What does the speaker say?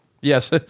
Yes